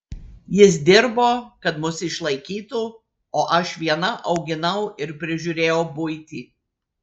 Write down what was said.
jis dirbo kad mus išlaikytų o aš viena auginau ir prižiūrėjau buitį